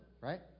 right